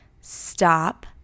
Stop